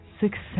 success